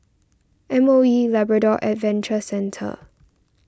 M O E Labrador Adventure Centre